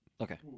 Okay